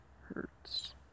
hurts